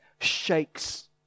shakes